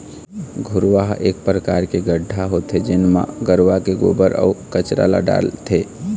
घुरूवा ह एक परकार के गड्ढ़ा होथे जेन म गरूवा के गोबर, अउ कचरा ल डालथे